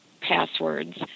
passwords